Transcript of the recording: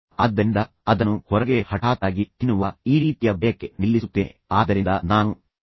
ಆದ್ದರಿಂದ ಅದನ್ನು ಹೊರಗೆ ಹಠಾತ್ತಾಗಿ ತಿನ್ನುವ ಈ ರೀತಿಯ ಬಯಕೆ ನಿಲ್ಲಿಸುತ್ತೇನೆ ಆದ್ದರಿಂದ ನಾನು ಬಹಳ ಜಾಗರೂಕತೆಯಿಂದ ಇರುತ್ತೇನೆ